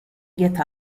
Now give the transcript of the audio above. get